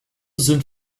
sind